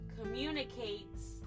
communicates